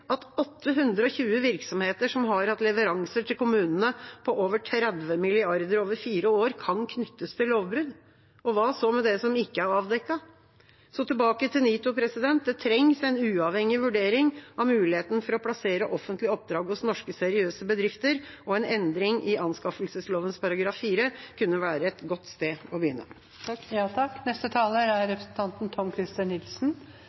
at 820 virksomheter som har hatt leveranser til kommunene på over 30 mrd. kr over fire år, kan knyttes til lovbrudd. Hva så med det som ikke er avdekket? Tilbake til NITO: Det trengs en uavhengig vurdering av muligheten for å plassere offentlige oppdrag hos norske seriøse bedrifter. En endring i anskaffelsesloven § 4 kunne være et godt sted å begynne. Jeg stusser litt over deler av debatten. Jeg opplevde at det ble framstilt som at det bare er